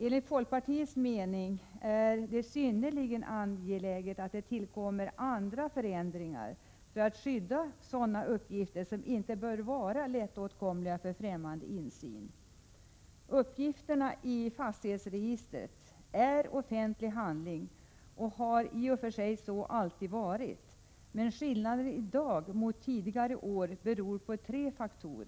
Enligt folkpartiets mening är det synnerligen angeläget att man genomför förändringar för att skydda uppgifter som inte bör vara lättåtkomliga för främmande insyn. Det är i och för sig så att uppgifterna i fastighetsregistret är och alltid har varit offentliga. Läget är dock i dag förändrat på följande tre punkter.